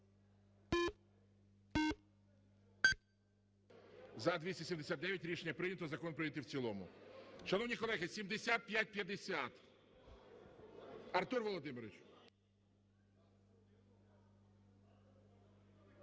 За-279 Рішення прийнято. Закон прийнятий в цілому. Шановні колеги, 7550. Артур Володимирович.